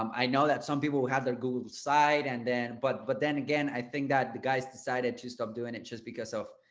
um i know that some people will have their google side and then but but then again, i think that the guys decided to stop doing it just because of,